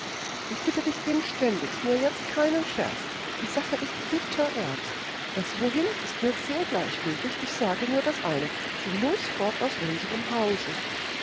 ich bitte dich inständigst nur jetzt keinen scherz die sache ist bitterernst das wohin ist mir sehr gleichgültig ich sage nur das eine sie muß fort aus unserem hause